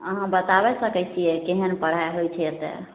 अहाँ बताबय सकय छियै केहन पढ़ाइ होइ छै एतऽ